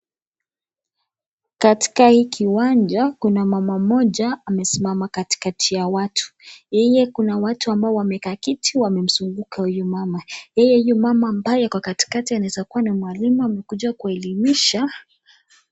Katika hiki kiwanja kuna mama mmoja amesimama katikati ya watu. Yeye kuna watu ambao wamekaa kiti wamemzunguka huyu mama. Yeye yule mama ambaye yuko katikati anaweza kuwa ni mwalimu amekuja kuelimisha.